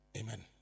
Amen